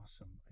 awesome